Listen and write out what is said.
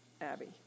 Abby